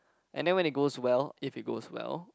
and then when it goes well if it goes well